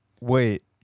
Wait